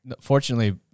Fortunately-